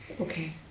okay